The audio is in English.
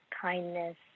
kindness